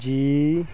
ਜੀ